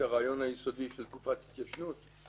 הרעיון היסודי של תקופת התיישנות?